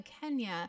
Kenya